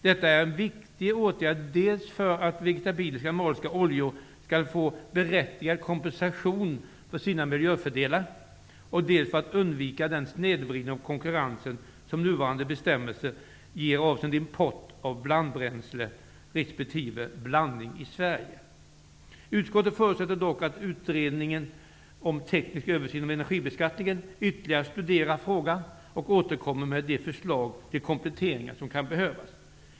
Detta är en viktig åtgärd dels för att vegetabiliska och animaliska oljor skall få berättigad kompensation för sina miljöfördelar, dels för att undvika den snedvridning av konkurrensen som nuvarande skattebestämmelser ger avseende import av blandbränsle resp. Utskottet förutsätter dock att utredningen om teknisk översyn av energibeskattningen ytterligare studerar frågan och återkommer med de förslag till kompletteringar som kan behövas.